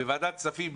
בוועדת כספים,